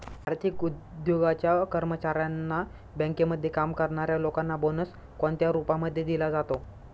आर्थिक उद्योगाच्या कर्मचाऱ्यांना, बँकेमध्ये काम करणाऱ्या लोकांना बोनस कोणत्या रूपामध्ये दिला जातो?